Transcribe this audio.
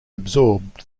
absorbed